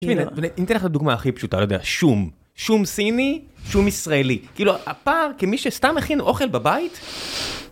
תשמעי, אני אתן לך את הדוגמה הכי פשוטה, אני לא יודע, שום, שום סיני, שום ישראלי. כאילו הפער, כמי שסתם מכין אוכל בבית...